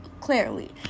clearly